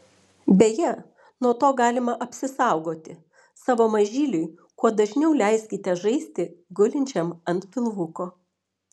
beje nuo to galima apsisaugoti savo mažyliui kuo dažniau leiskite žaisti gulinčiam ant pilvuko